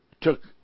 took